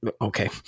Okay